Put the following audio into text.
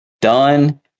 done